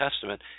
Testament